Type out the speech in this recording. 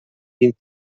vint